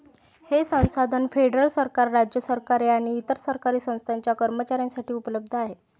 हे संसाधन फेडरल सरकार, राज्य सरकारे आणि इतर सरकारी संस्थांच्या कर्मचाऱ्यांसाठी उपलब्ध आहे